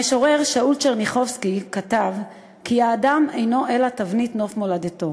המשורר שאול טשרניחובסקי כתב כי "האדם אינו אלא תבנית נוף מולדתו".